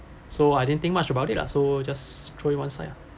so I didn't think much about it lah so just throw it one side